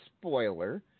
Spoiler